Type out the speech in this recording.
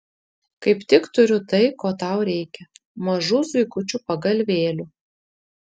kaip tik turiu tai ko tau reikia mažų zuikučių pagalvėlių